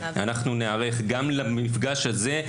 אנחנו ניערך גם למפגש הזה.